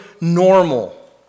normal